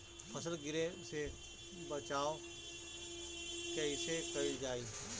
फसल गिरे से बचावा कैईसे कईल जाई?